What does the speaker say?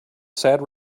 sad